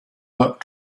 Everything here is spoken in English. that